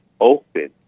open